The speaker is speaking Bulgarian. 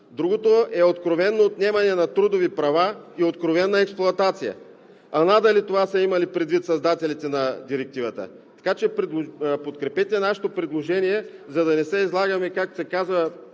Другото е откровено отнемане на трудови права и откровена експлоатация, а надали това са имали предвид създателите на Директивата. Подкрепете нашето предложение, за да не се излагаме, както се казва,